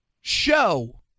show